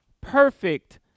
perfect